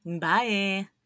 Bye